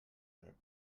were